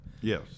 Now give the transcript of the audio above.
Yes